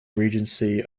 regency